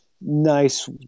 nice